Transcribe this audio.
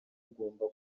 ugomba